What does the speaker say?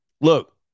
Look